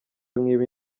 nk’ibi